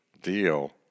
deal